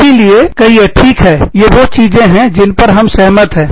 इसलिए कहिए ठीक है ये वो चीजें हैं जिन पर हम सहमत हैं